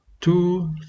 two